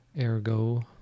ergo